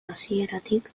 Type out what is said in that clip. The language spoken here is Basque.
hasieratik